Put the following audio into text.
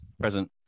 Present